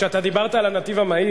כשאתה דיברת על הנתיב המהיר,